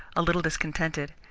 a little discontented,